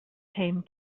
came